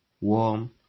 warm